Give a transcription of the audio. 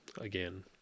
again